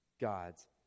God's